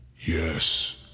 Yes